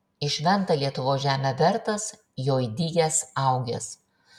į šventą lietuvos žemę bertas joj dygęs augęs